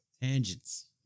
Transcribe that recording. Tangents